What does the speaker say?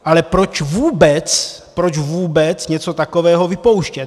Ale proč vůbec, proč vůbec něco takového vypouštět?